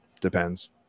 depends